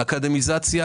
אקדמיזציה